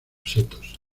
setos